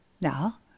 Now